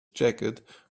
jacket